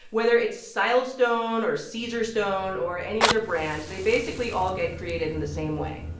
whether it's silestone or caesarstone or any other brands, they basically all get created in the same way